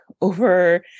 over